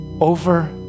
over